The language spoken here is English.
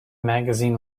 magazine